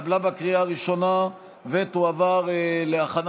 התקבלה בקריאה הראשונה ותועבר להכנה